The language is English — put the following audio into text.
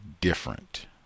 different